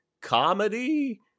comedy